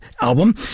album